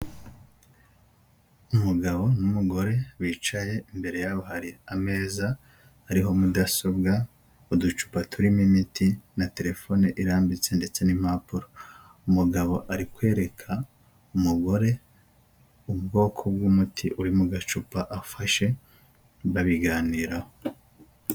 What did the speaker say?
Umugabo n'umugore bicaye, imbere yabo hari ameza ariho mudasobwa, uducupa turimo imiti na terefone irambitse ndetse n'impapuro. Umugabo ari kwereka umugore ubwoko bw'umuti uri mu gacupa afashe babiganiraho.